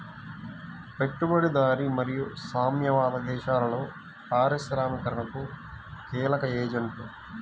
పెట్టుబడిదారీ మరియు సామ్యవాద దేశాలలో పారిశ్రామికీకరణకు కీలక ఏజెంట్లు